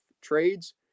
trades